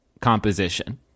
composition